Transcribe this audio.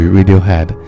Radiohead